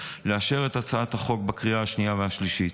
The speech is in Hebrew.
ולאשר את הצעת החוק בקריאה השנייה והשלישית.